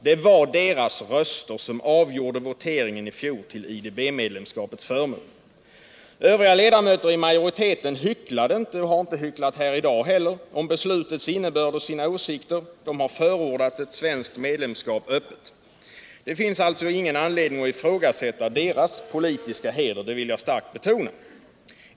Det var deras röster som avgjorde voteringen i fjol till IDB medlemskapets förmån. | Övriga ledamöter i majoriteten hycklade inte — och har inte hycklat i dag heller - om beslutets innebörd och sina åsikter. De har öppet förordat ett svenskt medlemskap. Det finns alltså ingen anledning att ifrågasätta deras politiska heder, det vill jag starkt betona.